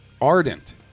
ardent